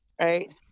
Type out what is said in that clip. Right